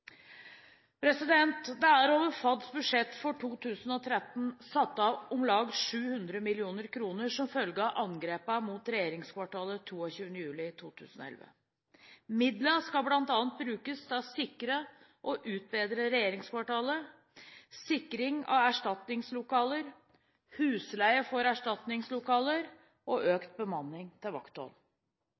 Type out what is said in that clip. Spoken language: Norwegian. kr. Det er over Fornyings-, administrasjons- og kirkedepartementets budsjett for 2013 satt av om lag 700 mill. kr som følge av angrepet mot regjeringskvartalet 22. juli 2011. Midlene skal bl.a. brukes til å sikre og utbedre regjeringskvartalet, sikring av erstatningslokaler, husleie for erstatningslokaler og økt bemanning til vakthold.